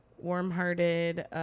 Warm-hearted